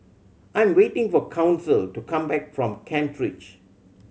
I am waiting for Council to come back from Kent Ridge